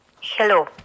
Hello